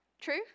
True